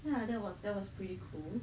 ya that was that was pretty cool